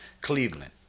Cleveland